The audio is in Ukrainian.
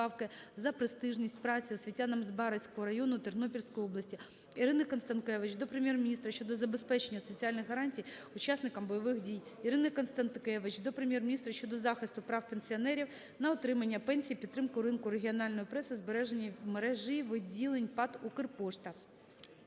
за престижність праці освітянам Збаразького району Тернопільської області. Ірини Констанкевич до Прем'єр-міністра щодо забезпечення соціальних гарантій учасникам бойових дій. Ірини Констанкевич до Прем'єр-міністра щодо захисту прав пенсіонерів на отримання пенсій, підтримку ринку регіональної преси, збереження мережі відділень ПАТ "Укрпошта".